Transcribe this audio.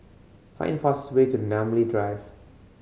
find the fastest way to Namly Drive